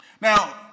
Now